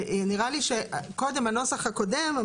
נראה לי שהנוסח הקודם,